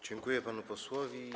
Dziękuję panu posłowi.